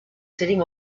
sitting